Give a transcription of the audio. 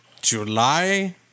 July